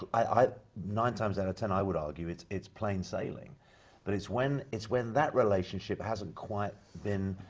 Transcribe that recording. i, i, nine times out of ten i would argue. it's, it's plain sailing but it's when, it's when that relationship hasn't quite been,